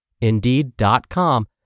Indeed.com